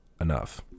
enough